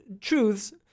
truths